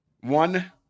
One